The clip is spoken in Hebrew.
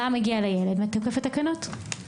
מה מגיע לילד מתוקף התקנות?